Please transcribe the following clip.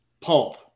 pulp